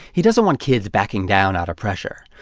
he doesn't want kids backing down out of pressure.